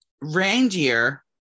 reindeer